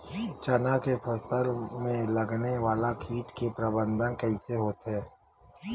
चना के फसल में लगने वाला कीट के प्रबंधन कइसे होथे?